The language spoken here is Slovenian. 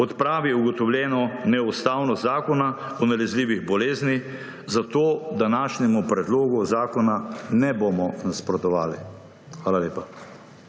odpravi ugotovljeno neustavnost Zakona o nalezljivih boleznih, zato današnjemu predlogu zakona ne bomo nasprotovali. Hvala lepa.